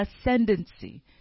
ascendancy